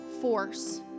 force